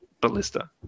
ballista